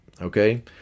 okay